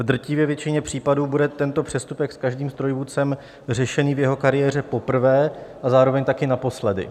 V drtivé většině případů bude tento přestupek s každým strojvůdcem řešen v jeho kariéře poprvé a zároveň taky naposledy.